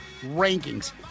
rankings